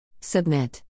Submit